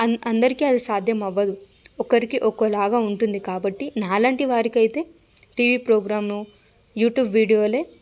అంద అందరికీ అది సాధ్యమవ్వదు ఒకరికి ఒక్కోలాగా ఉంటుంది కాబట్టి నాలాంటి వారికైతే టీవీ ప్రోగ్రాంలు యూట్యూబ్ వీడియోలే